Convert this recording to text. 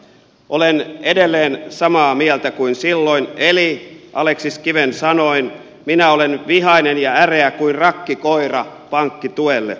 olen edelleen samaa mieltä kuin silloin eli aleksis kiven sanoin minä olen vihainen ja äreä kuin rakkikoira pankkituelle